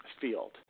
field